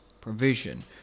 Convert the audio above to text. provision